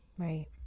Right